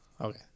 Okay